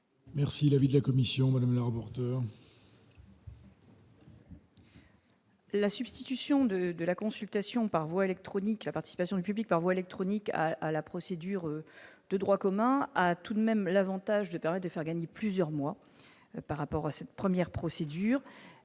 Merci l'avis de la commission, le rapporteur. La substitution de de la consultation par voie électronique, la participation du public par voie électronique à la procédure de droit commun à tout de même l'Avantage de permet de faire gagner plusieurs mois par rapport à cette première procédure